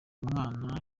mwana